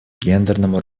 гендерному